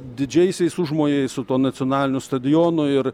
didžiaisiais užmojais su tuo nacionaliniu stadionu ir